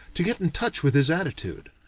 to get in touch with his attitude.